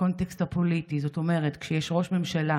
בקונטקסט הפוליטי, זאת אומרת, כשיש ראש ממשלה